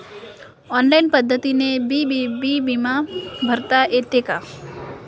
Online पद्धतीनं बी बिमा भरता येते का?